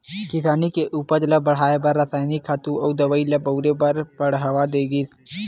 किसानी के उपज ल बड़हाए बर रसायनिक खातू अउ दवई ल बउरे बर बड़हावा दे गिस